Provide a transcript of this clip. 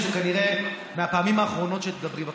אני מבין שאת מתרגשת שזה כנראה מהפעמים האחרונות שתדברי בכנסת.